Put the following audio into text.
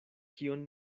kion